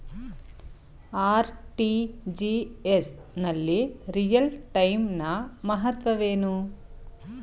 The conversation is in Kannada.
ಆರ್.ಟಿ.ಜಿ.ಎಸ್ ನಲ್ಲಿ ರಿಯಲ್ ಟೈಮ್ ನ ಮಹತ್ವವೇನು?